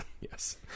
yes